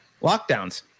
lockdowns